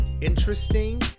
Interesting